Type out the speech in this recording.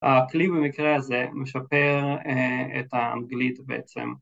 ‫הכלי במקרה הזה משפר ‫את האנגלית בעצם.